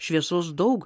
šviesos daug